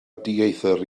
dieithr